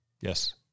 yes